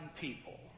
people